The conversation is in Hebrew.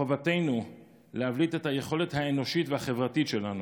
מחובתנו להבליט את היכולת האנושית והחברתית שלנו.